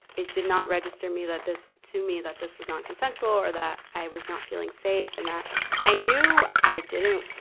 it did not register me that this, to me that this was not consensual or that i was not feeling safe and that i knew i didn't,